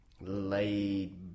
laid